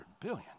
billion